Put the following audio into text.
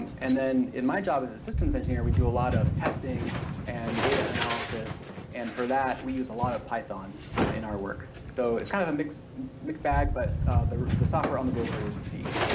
and then in my job as a systems engineer we do a lot of testing and data analysis and for that we use a lot of python in our work, so it's kind of a mix mixed bag but the the software on the rover is c.